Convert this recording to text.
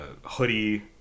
Hoodie